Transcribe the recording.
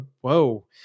Whoa